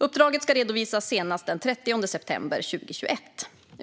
Uppdraget ska redovisas senast den 30 september 2021.